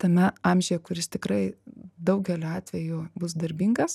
tame amžiuje kuris tikrai daugeliu atvejų bus darbingas